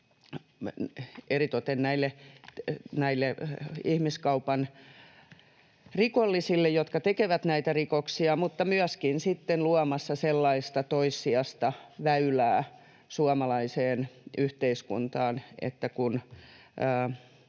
eritoten ihmiskaupan rikollisille, jotka tekevät näitä rikoksia, että myöskin luomassa sellaista toissijaista väylää suomalaiseen yhteiskuntaan, että kun